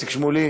איציק שמולי,